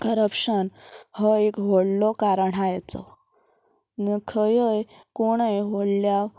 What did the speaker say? corruption हो एक व्हडलो कारण आसा हेचो खंयय कोणय व्हडल्या